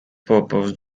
purpose